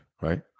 right